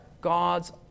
God's